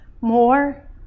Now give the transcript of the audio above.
more